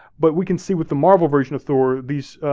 but we can see, with the marvel version of thor, these,